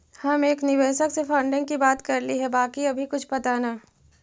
हम एक निवेशक से फंडिंग की बात करली हे बाकी अभी कुछ पता न